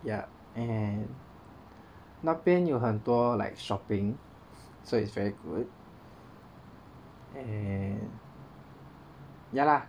ya and 那边有很多 like shopping so it's very good and ya lah